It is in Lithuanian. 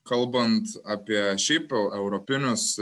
kalbant apie šiaip europinius